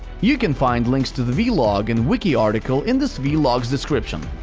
you can find links to the v-log and wiki article in this v-log's description.